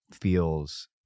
feels